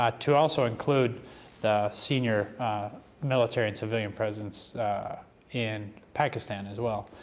ah to also include the senior military and civilian presidents in pakistan, as well.